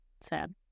Sad